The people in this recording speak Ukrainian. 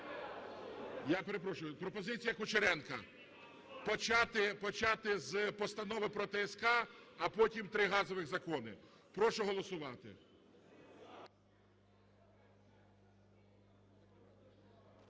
Я перепрошую, пропозиція Кучеренка: почати з Постанови про ТСК, а потім три газових закони. Прошу голосувати.